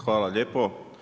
Hvala lijepo.